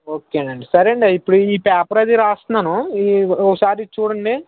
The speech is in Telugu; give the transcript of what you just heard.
ఓకే అండి సరే అండి ఇప్పుడు ఈ పేపర్ అది రాస్తున్నాను ఈ ఒక సారి ఇది చూడండి